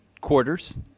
quarters